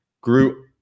grew